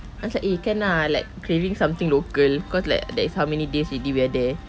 macam eh can ah like craving something local because like that is how many days already we are there